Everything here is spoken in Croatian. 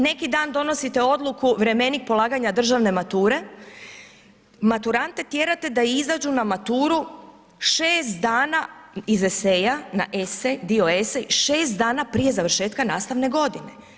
Neki dan donosite odluku vremenik polaganja državne mature, maturante tjerate da izađu na maturu 6 dana, iz eseja, na esej, dio esej, 6 dana prije završetka nastavne godine.